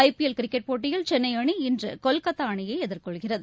IPL cricket போட்டியில் சென்னைஅணி இன்றுகொல்கத்தாஅணியைஎதிர்கொள்கிறது